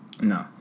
No